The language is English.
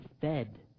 fed